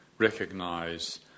recognize